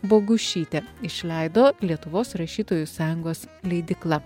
bogušytė išleido lietuvos rašytojų sąjungos leidykla